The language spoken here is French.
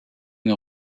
une